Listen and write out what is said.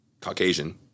Caucasian